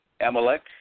Amalek